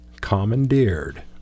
commandeered